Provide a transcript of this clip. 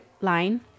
line